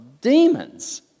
demons